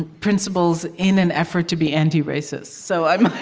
principles in an effort to be anti-racist. so um